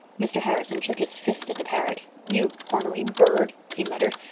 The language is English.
mr. harrison shook his fist at the parrot. you ornery bird, he muttered,